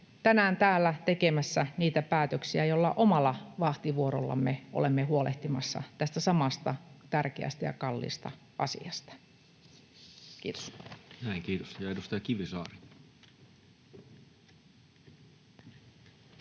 tänään täällä tekemässä niitä päätöksiä, joilla omalla vahtivuorollamme olemme huolehtimassa tästä samasta tärkeästä ja kalliista asiasta. — Kiitos.